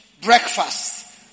breakfast